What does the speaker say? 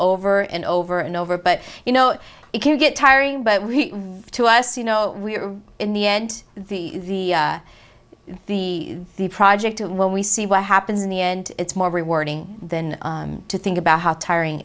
over and over and over but you know it can get tiring but to us you know we're in the end the the the project when we see what happens in the end it's more rewarding than to think about how tiring